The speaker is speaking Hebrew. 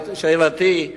שאלתי היא: